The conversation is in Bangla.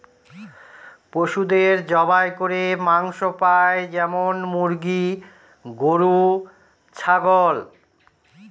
পশুদের জবাই করে মাংস পাই যেমন মুরগি, গরু, ছাগল